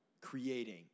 creating